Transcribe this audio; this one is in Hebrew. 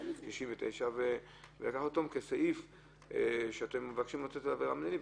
69 כסעיף שאתם מבקשים לתת עליו עבירה מינהלית,